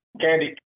Candy